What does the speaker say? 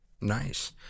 nice